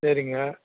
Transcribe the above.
சரிங்க